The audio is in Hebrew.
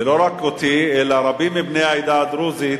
ולא רק אותי, אלא רבים מבני העדה הדרוזית.